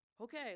okay